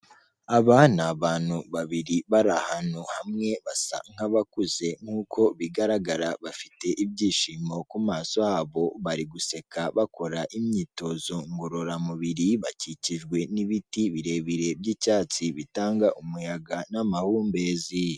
Aba ni abantu babiri bari ahantu hamwe basa nk'abakuze nk'uko bigaragara, bafite ibyishimo ku maso habo, bari guseka bakora imyitozo ngororamubiri, bakikijwe n'ibiti birebire by'icyatsi bitanga umuyaga n'amahumbezi.